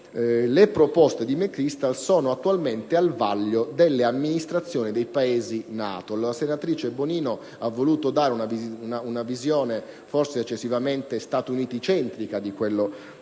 le proposte di McChrystal sono attualmente al vaglio delle amministrazioni dei Paesi NATO. La senatrice Bonino ha voluto dare una visione forse eccessivamente Stati Uniti-centrica di ciò